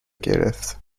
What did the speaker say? گرفت